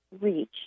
reach